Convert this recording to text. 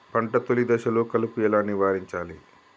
పంట తొలి దశలో కలుపు ఎలా నివారించాలి?